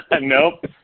Nope